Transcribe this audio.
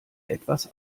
etwas